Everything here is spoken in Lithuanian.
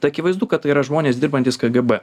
tai akivaizdu kad tai yra žmonės dirbantys kgb